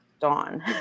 Dawn